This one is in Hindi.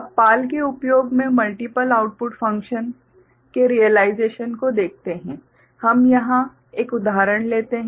अब PAL के उपयोग से मल्टीपल आउटपुट फंक्शन के रियलाइजेशन को देखते हैं हम यहाँ एक उदाहरण लेते हैं